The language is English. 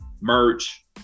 merch